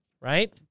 right